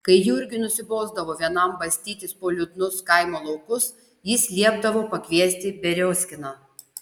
kai jurgiui nusibosdavo vienam bastytis po liūdnus kaimo laukus jis liepdavo pakviesti beriozkiną